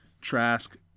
Trask